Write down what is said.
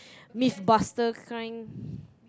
Myth Buster kind